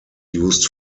used